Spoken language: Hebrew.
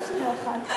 טוב, שנייה אחת.